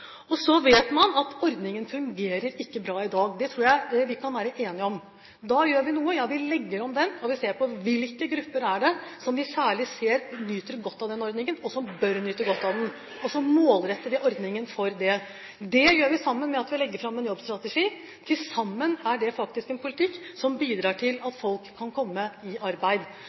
Så vet man at ordningen ikke fungerer bra i dag. Det tror jeg vi kan være enige om. Da gjør vi noe – ja, vi legger om ordningen, og vi ser på: Hvilke grupper er det som vi særlig ser nyter godt av den ordningen, og som bør nyte godt av den? Og så målretter vi ordningen for dem. Det gjør vi sammen med at vi legger fram en jobbstrategi. Til sammen er det faktisk en politikk som bidrar til at folk kan komme i arbeid.